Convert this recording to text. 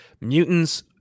mutants